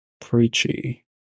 preachy